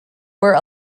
were